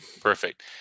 Perfect